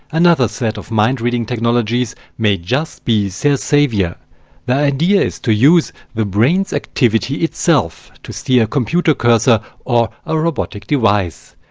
another set of mind-reading technologies may just be their saviour. the idea is to use the brain's activity itself to steer a computer cursor or a robotic device.